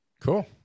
Cool